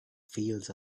fields